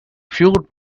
fueled